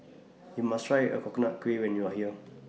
YOU must Try Coconut Kuih when YOU Are here